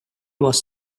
was